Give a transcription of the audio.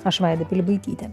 aš vaida pilibaitytė